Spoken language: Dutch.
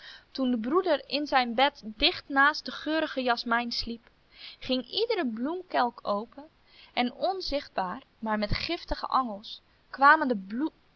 toen de broeder in zijn bed dicht naast de geurige jasmijn sliep ging iedere bloemkelk open en onzichtbaar maar met giftige angels kwamen de